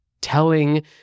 telling